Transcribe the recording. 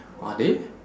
are they